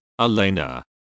Elena